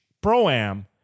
Pro-Am